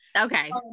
Okay